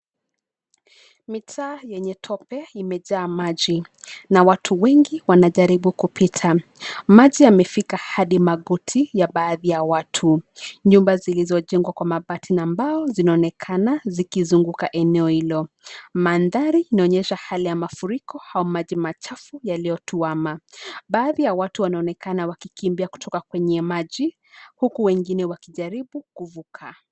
Mitaa yenye tope imejaa maji na watu wengi wanajaribu kupita. Maji yamefika hadi magoti ya baadhi ya watu. Nyumba zilizojengwa kwa mabati na mbao zinaonekana zikizunguka eneo hilo. Mandhari inaonyesha hali ya mafuriko au maji machafu yaliyotuwama. Baadhi ya watu wanaonekana wakikimbia kutoka kwenye maji, huku wengine wakijaribu kuvuka.